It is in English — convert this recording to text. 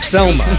Selma